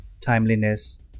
timeliness